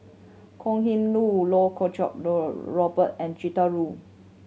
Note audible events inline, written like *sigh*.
Kok Heng Leun Loh Choo *unintelligible* Robert and Gretchen Liu